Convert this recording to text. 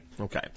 Okay